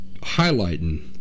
highlighting